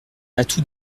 atout